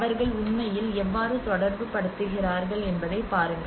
அவர்கள் உண்மையில் எவ்வாறு தொடர்புபடுத்துகிறார்கள் என்பதைப் பாருங்கள்